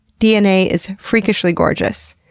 dna is freakishly gorgeous.